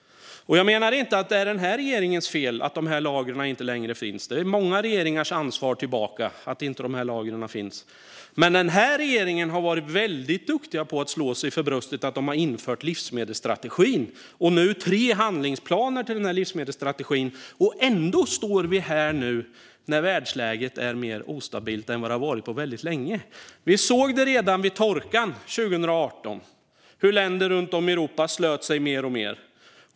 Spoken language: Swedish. Jag menar inte att det är den här regeringens fel att de lagren inte längre finns. Det är många regeringars ansvar tillbaka att inte de lagren finns. Men den här regeringen har varit väldigt duktig på att slå sig för bröstet med att de har infört livsmedelsstrategin och nu tre handlingsplaner till livsmedelsstrategin. Ändå står vi nu här när världsläget är mer instabilt än vad det har varit på väldigt länge. Vi såg redan vid torkan 2018 hur länder runt om i Europa slöt sig alltmer.